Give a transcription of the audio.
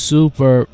Super